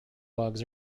bugs